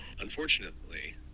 Unfortunately